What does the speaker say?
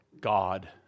God